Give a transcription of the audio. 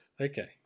Okay